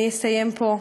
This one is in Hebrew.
אני אסיים פה.